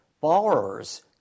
borrowers